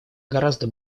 гораздо